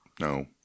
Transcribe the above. no